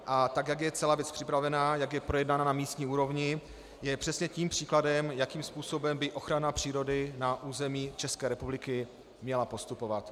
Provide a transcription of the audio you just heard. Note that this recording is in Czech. A tak, jak je celá věc připravená, jak je projednaná na místní úrovni, je přesně tím příkladem, jakým způsobem by ochrana přírody na území České republiky měla postupovat.